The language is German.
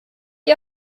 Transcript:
ihr